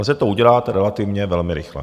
Lze to udělat relativně velmi rychle.